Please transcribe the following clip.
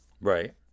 Right